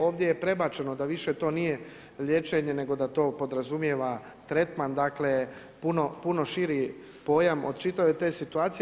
Ovdje je prebačeno da više to nije liječenje nego da to podrazumijeva tretman, dakle puno širi pojam od čitave te situacije.